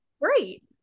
great